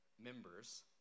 members